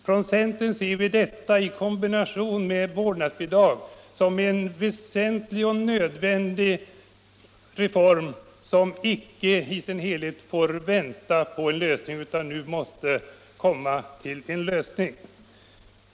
Från centern ser vi detta i kombination med vårdnadsbidrag som en väsentlig och nödvändig reform, som icke i sin helhet får vänta utan nu måste komma till en lösning.